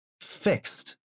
fixed